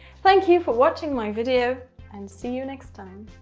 thank you for watching my video and see you next time.